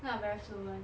not very fluent